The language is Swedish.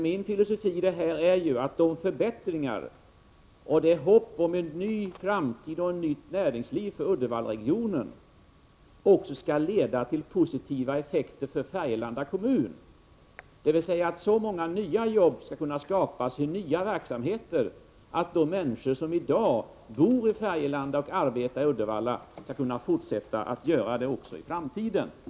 Min filosofi i det här sammanhanget är att de förbättringar som gjorts och det hopp om en ny framtid och ett nytt näringsliv för Uddevallaregionen som finns också skall leda till positiva effekter för Färgelanda kommun, dvs. att så många nya arbeten skall kunna skapas i nya verksamheter att de människor som i dag bor i Färgelanda och arbetar i Uddevalla skall kunna fortsätta med det också i framtiden.